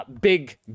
Big